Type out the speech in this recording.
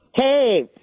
Hey